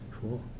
cool